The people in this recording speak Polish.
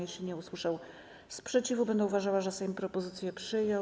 Jeśli nie usłyszę sprzeciwu, będę uważała, że Sejm propozycję przyjął.